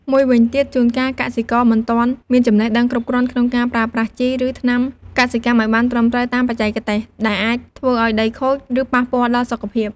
មួយវិញទៀត ជួនកាលកសិករមិនទាន់មានចំណេះដឹងគ្រប់គ្រាន់ក្នុងការប្រើប្រាស់ជី ឬថ្នាំកសិកម្មឱ្យបានត្រឹមត្រូវតាមបច្ចេកទេស ដែលអាចធ្វើឱ្យដីខូច ឬប៉ះពាល់ដល់សុខភាព។